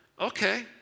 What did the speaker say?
Okay